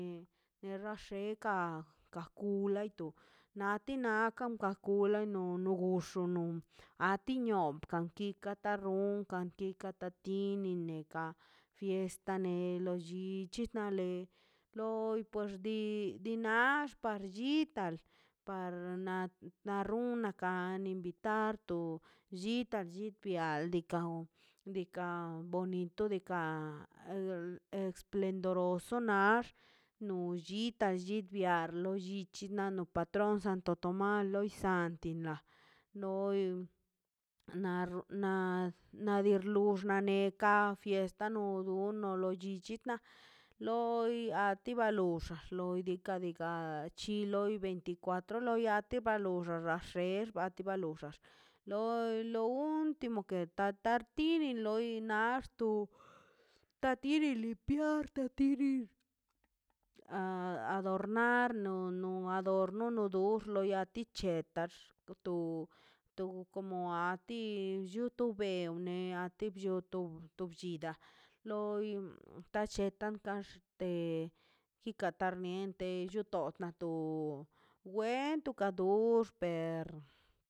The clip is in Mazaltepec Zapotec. Nexa xekan ka kulaito nati nakan ka ku kula noi xono a ti nio kanti kata ronkan ti ti kata tini neka fiesta ne loi llich nale loi porxi diinax ta chitan par na run nakan invitar tato llita chipial diikaꞌ on kan bonito de ka esplendoroso max nullita llibia ar lo llichi nomo patrón santo tomás loi santina loi na nadir lux gano ka fiesta no do lo du chichitna loi a ti baloxa loi diikaꞌ gachi loi veinticuatro loyate balo laxte per bat ba loxan loi lo ultimo de tatarta tini nax tu tatiri limpiar tatiri adornar no no adorno lo dorx lo yate ichetax komo a ti chutebi ne yo to bllida loi talleta kan axte kikatar miernt tod na to wen tocador xper